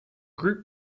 group